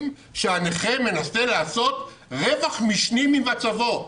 שהנכה מנסה לעשות רווח משני ממצבו.